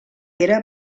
era